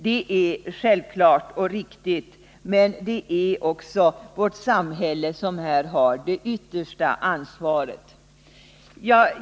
Det är självklart och riktigt, men det är vårt samhälle som har det yttersta ansvaret.